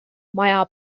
maja